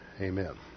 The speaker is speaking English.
Amen